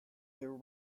their